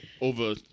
over